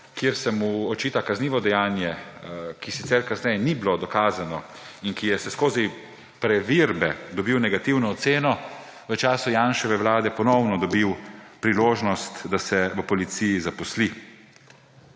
kjer se mu očita kaznivo dejanje, ki sicer kasneje ni bilo dokazano in ki je skozi preverbe dobil negativno oceno, v času Janševe vlade ponovno dobil priložnost, da se v policiji zaposli.